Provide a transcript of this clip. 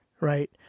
Right